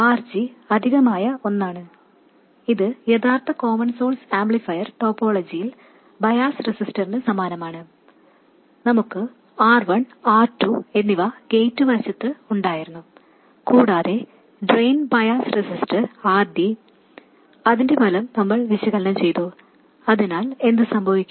RG അധികമായ ഒന്നാണ് ഇത് യഥാർത്ഥ കോമൺ സോഴ്സ് ആംപ്ലിഫയർ ടോപ്പോളജിയിൽ ബയാസ് റെസിസ്റ്ററിന് സമാനമാണ് നമുക്ക് R1 R2 എന്നിവ ഗേറ്റ് വശത്ത് ഉണ്ടായിരുന്നു കൂടാതെ ഡ്രെയിൻ ബയാസ് റെസിസ്റ്റർ RD അതിന്റെ ഫലം നമ്മൾ വിശകലനം ചെയ്തു അതിനാൽ എന്ത് സംഭവിക്കും